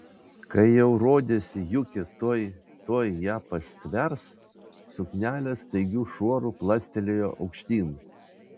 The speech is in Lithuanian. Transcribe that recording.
kai jau rodėsi juki tuoj tuoj ją pastvers suknelė staigiu šuoru plastelėjo aukštyn